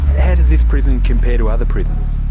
how does this prison compare to other prisons?